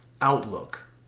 outlook